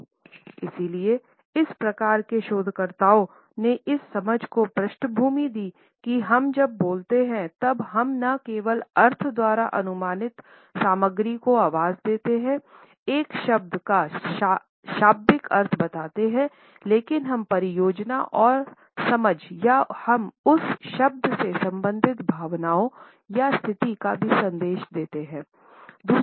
इसलिए इस प्रकार के शोधकर्ताओं ने इस समझ को पृष्ठभूमि दी कि हम जब बोलते हैं तब हम न केवल अर्थ द्वारा अनुमानित सामग्री को आवाज़ देते हैंएक शब्द का शाब्दिक अर्थ बताते हैं लेकिन हम परियोजना और समझ या हम उस शब्द से संबंधित भावनाओं या स्थिति का भी संकेत देते हैं